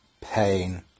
pain